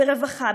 ברווחה,